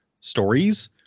stories